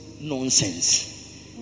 nonsense